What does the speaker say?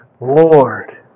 Lord